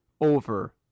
over